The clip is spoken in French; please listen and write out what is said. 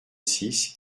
six